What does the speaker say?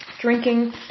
Drinking